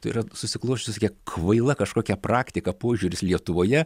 tai yra susiklosčius tokia kvaila kažkokia praktika požiūris lietuvoje